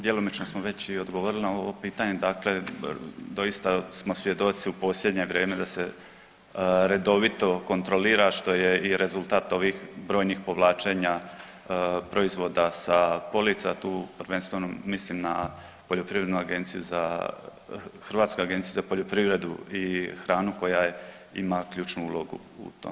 Djelomično smo već i odgovorili na ovo pitanje, dakle doista smo svjedoci u posljednje vrijeme da se redovito kontrolira što je i rezultat ovih brojnih povlačenja proizvoda sa polica, tu prvenstveno mislim na poljoprivrednu agenciju za, Hrvatsku agenciju za poljoprivredu i hranu koja ima ključnu ulogu u tome.